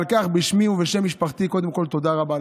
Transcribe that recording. על כך, בשמי ובשם משפחתי, קודם כול תודה רבה לך.